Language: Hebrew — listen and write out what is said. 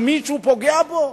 אז מישהו פוגע בו?